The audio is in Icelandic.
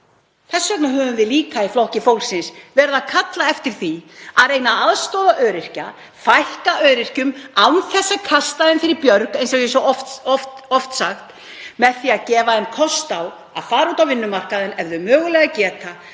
Þess vegna höfum við í Flokki fólksins verið að kalla eftir því að reynt sé að aðstoða öryrkja, fækka öryrkjum án þess að kasta þeim fyrir björg, eins og ég hef svo oft sagt, með því að gefa þeim kost á að fara út á vinnumarkaðinn ef þau mögulega geta